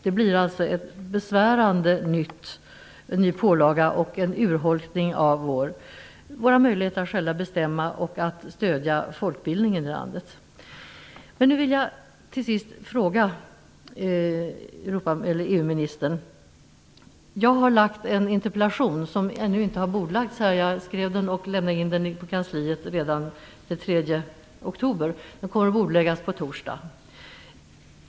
Det blir en besvärande ny pålaga, en urholkning av våra möjligheter att själva bestämma och därmed kunna stödja folkbildningen i landet. Till sist vill jag ställa en fråga till EU-ministern. Jag har framställt en interpellation som ännu inte har bordlagts. Jag skrev den och lämnade in den på kansliet redan den 3 oktober. Den kommer att bordläggas på i dag.